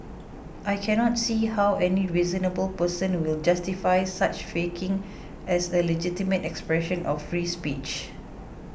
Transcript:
I can not see how any reasonable person will justify such faking as a legitimate expression of free speech